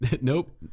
Nope